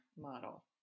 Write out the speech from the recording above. model